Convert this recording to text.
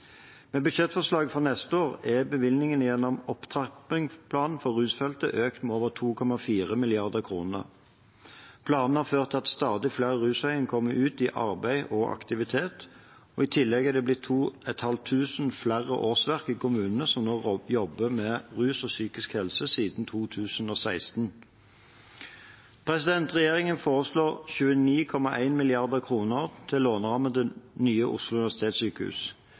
med ytterligere 373 mill. kr. Med budsjettforslaget for neste år er bevilgningen gjennom opptrappingsplanen for rusfeltet økt med over 2,4 mrd. kr. Planen har ført til at stadig flere rusavhengige kommer ut i arbeid og aktivitet, og i tillegg er det siden 2016 blitt 2 500 flere årsverk i kommunene som nå jobber med rus og psykisk helse. Regjeringen foreslår 29,1 mrd. kr i lånerammen til nye Oslo universitetssykehus.